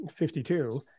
52